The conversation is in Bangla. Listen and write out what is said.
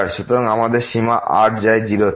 সুতরাং আমাদের সীমা rযায় 0 তে